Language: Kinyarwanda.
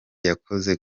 yakoze